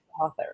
author